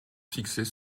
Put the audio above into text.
fixer